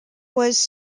was